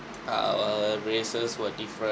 our races were different